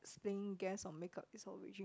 explain guess or make up its origin